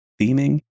theming